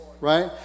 right